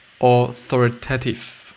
authoritative